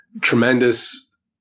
tremendous